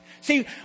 See